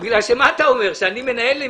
כי אתה אומר שאני מנהל עם